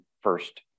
first